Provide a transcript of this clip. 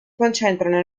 concentrano